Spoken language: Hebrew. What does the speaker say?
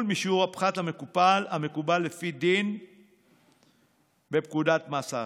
משיעור הפחת המקובל לפי דין בפקודת מס ההכנסה,